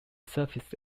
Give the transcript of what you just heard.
surface